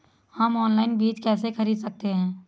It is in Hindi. हम ऑनलाइन बीज कैसे खरीद सकते हैं?